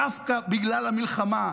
דווקא בגלל המלחמה,